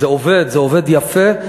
זה עובד, זה עובד יפה.